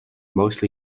mostly